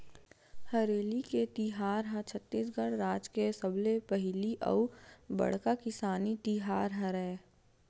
हरेली के तिहार ह छत्तीसगढ़ राज के सबले पहिली अउ बड़का किसानी तिहार हरय